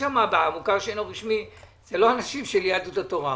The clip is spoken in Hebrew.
במוכר שאינו רשמי אלה לא אנשים של יהדות התורה,